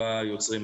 בוודאי שר האוצר,